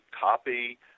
copy